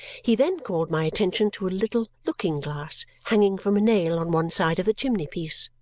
he then called my attention to a little looking-glass hanging from a nail on one side of the chimney-piece.